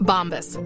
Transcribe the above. Bombas